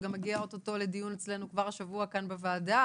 שגם מגיע או-טו-טו לדיון אצלנו כבר השבוע כאן בוועדה,